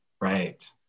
right